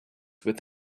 with